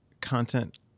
content